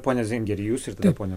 pone zingeri jūs ir tada pone